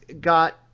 got